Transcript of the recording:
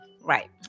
Right